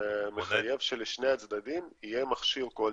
מחייב שלשני הצדדים יהיה מכשיר כלשהו.